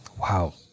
wow